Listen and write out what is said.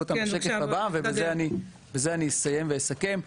אותם בשקף הבא ובזה אני אסיים ואסכם.